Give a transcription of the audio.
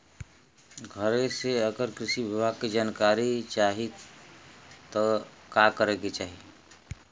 घरे से अगर कृषि विभाग के जानकारी चाहीत का करे के चाही?